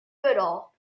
goodall